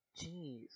Jeez